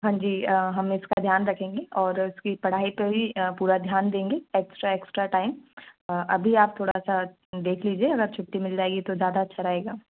हांजी हम इसका ध्यान रखेंगे और इसकी पढ़ाई पे ही पूरा ध्यान देंगे एक्सट्रा एक्सट्रा टाइम अभी आप थोड़ा सा देख लीजिए अगर छुट्टी मिल जाएगी तो ज़्यादा अच्छा रहेगा